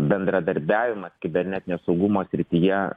bendradarbiavimas kibernetinio saugumo srityje